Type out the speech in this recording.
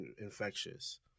infectious